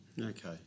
Okay